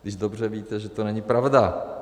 Když dobře víte, že to není pravda.